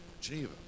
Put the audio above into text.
Geneva